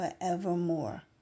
forevermore